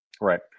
Right